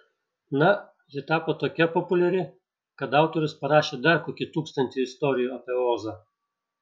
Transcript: na ji tapo tokia populiari kad autorius parašė dar kokį tūkstantį istorijų apie ozą